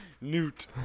Newt